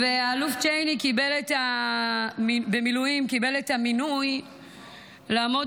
אלוף במילואים צ'ייני קיבל את המינוי לעמוד